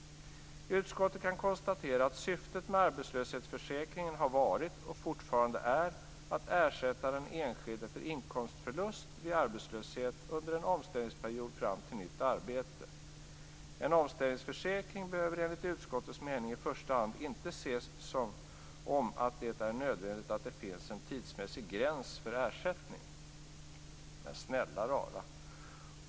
Utskottet kan konstatera att syftet med arbetslöshetsförsäkringen har varit och fortfarande är att ersätta den enskilde för inkomstförlust vid arbetslöshet under en omställningsperiod fram till nytt arbete. En omställningsförsäkring behöver enligt utskottets mening i första hand inte ses som om att det är nödvändigt att det finns en tidsmässig gräns för ersättning". Men snälla rara!